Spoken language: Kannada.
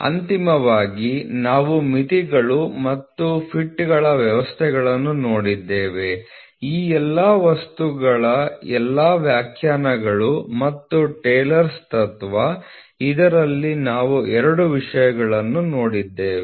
ಅಂತಿಮವಾಗಿ ನಾವು ಮಿತಿಗಳು ಮತ್ತು ಫಿಟ್ಗಳ ವ್ಯವಸ್ಥೆಗಳನ್ನು ನೋಡಿದ್ದೇವೆ ಆ ಎಲ್ಲ ವಸ್ತುಗಳ ಎಲ್ಲಾ ವ್ಯಾಖ್ಯಾನಗಳು ಮತ್ತು ಟೇಲರ್ಸ್ ತತ್ವ ಇದರಲ್ಲಿ ನಾವು ಎರಡು ವಿಷಯಗಳನ್ನು ನೋಡಿದ್ದೇವೆ